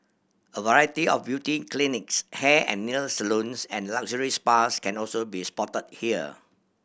a variety of beauty clinics hair and nail salons and luxury spas can also be spotted here